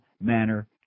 manner